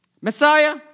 Messiah